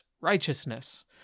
righteousness